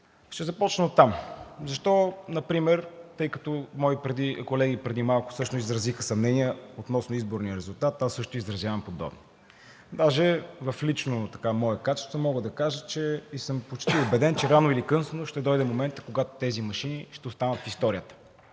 Ще започна оттам, тъй като мои колеги преди малко изразиха съмнения относно изборния резултат, аз също изразявам подобни. Даже в лично мое качество мога да кажа и съм почти убеден, че рано или късно ще дойде моментът, когато тези машини ще останат в историята.